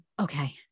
okay